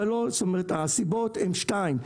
הסיבות הן שתיים,